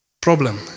Problem